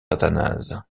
athanase